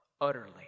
utterly